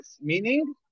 Meaning